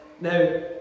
Now